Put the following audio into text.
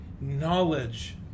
knowledge